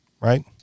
right